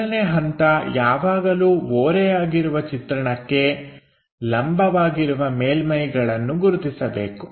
ಮೊದಲನೇ ಹಂತ ಯಾವಾಗಲೂ ಓರೆಯಾಗಿರುವ ಚಿತ್ರಣಕ್ಕೆ ಲಂಬವಾಗಿರುವ ಮೇಲ್ಮೈಗಳನ್ನು ಗುರುತಿಸಬೇಕು